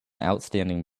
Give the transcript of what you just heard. outstanding